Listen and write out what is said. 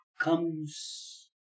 comes